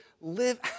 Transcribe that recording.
live